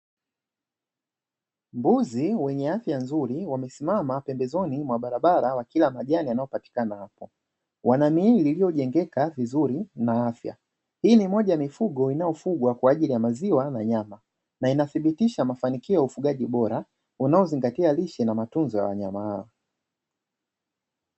Mbuzi wenye afya nzuri wamesimama pembezoni mwa barabara wakila majani yanayopatikana hapo; wana miili iliyojengeka vizuri na afya. Hii ni moja ya mifugi inayofugwa kwa ajili ya maziwa na nyama na inathibitisha mafanikio ya ufugaji bora unaozingatia lishe na matunzo ya wanyama hao.